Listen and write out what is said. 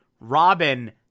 Robin